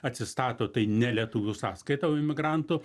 atsistato tai ne lietuvių sąskaita o imigrantų